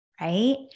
right